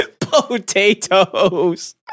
Potatoes